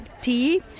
tea